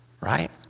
right